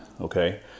okay